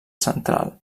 central